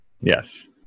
yes